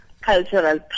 cultural